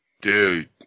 Dude